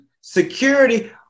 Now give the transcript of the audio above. Security